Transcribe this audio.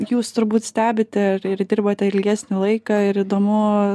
jūs turbūt stebite ir dirbate ilgesnį laiką ir įdomu